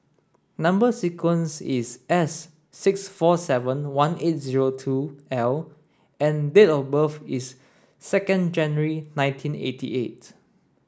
number sequence is S six four seven one eight zero two L and date of birth is second January nineteen eighty eight